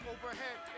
Overhead